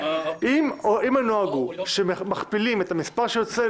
מכפילים את המספר שיוצא,